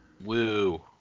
Woo